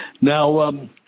Now –